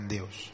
Deus